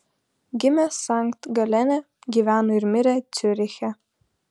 gimė sankt galene gyveno ir mirė ciuriche